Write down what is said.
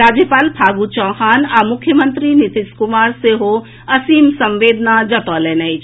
राज्यपाल फागू चौहान आ मुख्यमंत्री नीतीश कुमार सेहो असीम संवेदना जतौलनि अछि